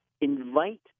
invite